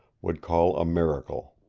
would call a miracle.